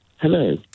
hello